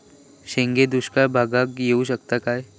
शेंगे दुष्काळ भागाक येऊ शकतत काय?